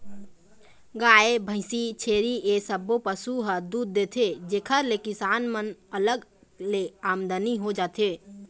गाय, भइसी, छेरी ए सब्बो पशु ह दूद देथे जेखर ले किसान मन ल अलग ले आमदनी हो जाथे